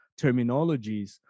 terminologies